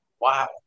Wow